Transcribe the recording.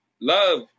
love